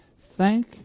thank